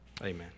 Amen